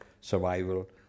survival